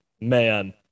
Man